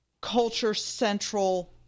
culture-central